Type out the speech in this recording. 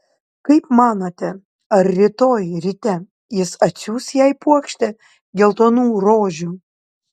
kaip manote ar rytoj ryte jis atsiųs jai puokštę geltonų rožių